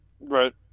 Right